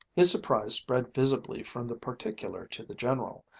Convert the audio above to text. his surprise spread visibly from the particular to the general,